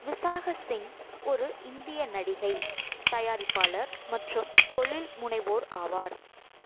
விசாகா சிங் ஒரு இந்திய நடிகை தயாரிப்பாளர் மற்றும் தொழில்முனைவோர் ஆவார்